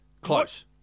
Close